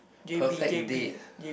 perfect date